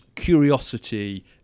curiosity